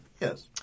yes